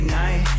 night